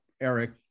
Eric